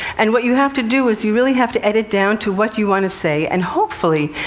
and what you have to do is, you really have to edit down to what you want to say. and hopefully,